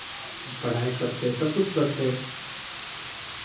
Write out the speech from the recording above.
पढ़ाइ करतै सभकिछु करतै